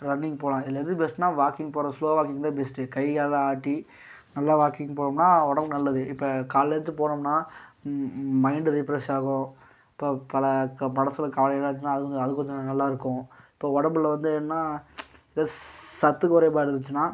running போகலாம் இதில் எது பெஸ்ட்டுனா வாக்கிங் போகிறது ஸ்லோ வாக்கிங் தான் பெஸ்ட்டு கை காலை ஆட்டி நல்லா வாக்கிங் போனோம்னா உடம்புக்கு நல்லது இப்போ காலைல எழுந்சு போனோம்னா மைண்டு ரீஃப்ரெஷ் ஆகும் இப்போ பல க மனசில் கவலையெல்லாம் இருந்துச்சுனா அது கொஞ்சம் அது கொஞ்சம் நல்லாயிருக்கும் இப்போ உடம்புல வந்து எதுன்னா இந்த சத்து குறைபாடு இருந்துச்சினா